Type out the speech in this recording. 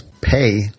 pay